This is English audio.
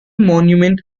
monument